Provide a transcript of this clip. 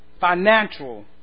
financial